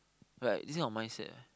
but this kind of mindset